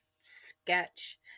sketch